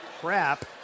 crap